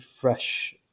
fresh